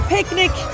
Picnic